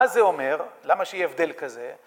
מה זה אומר? למה שיהיה הבדל כזה?